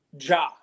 Ja